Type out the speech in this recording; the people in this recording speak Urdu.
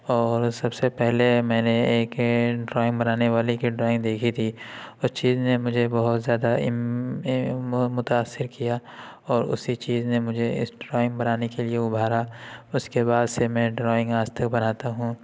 اور سب سے پہلے میں نے ایک ڈرائنگ بنانے والے کی ڈرائنگ دیکھی تھی اس چیز نے مجھے بہت زیادہ متاثر کیا اور اسی چیز نے مجھے اس ڈرائنگ بنانے کے لیے ابھارا اس کے بعد سے میں ڈرائنگ آج تک بناتا ہوں